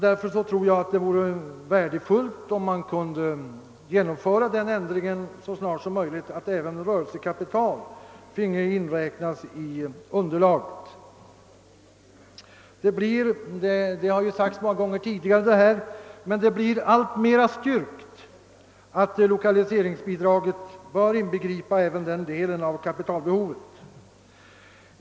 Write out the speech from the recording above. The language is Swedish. Därför tror jag att det vore värdefullt, om man så snart som möjligt kunde genomföra den ändringen att även rörelsekapitalet finge inräknas i underlaget. Detta har sagts många gånger tidigare, men det blir alltmer styrkt att lokaliseringsbidragen bör inbegripa även den delen av kapitalbehovet.